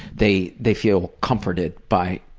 they they feel comforted by